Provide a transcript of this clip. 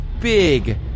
big